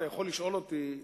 אתה יכול לשאול אותי,